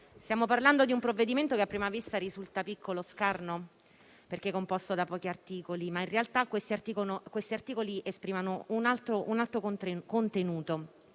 stiamo parlando di un provvedimento che a prima vista risulta piccolo e scarno, perché è composto da pochi articoli, ma in realtà essi esprimono un alto contenuto.